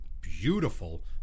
beautiful